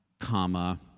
comma,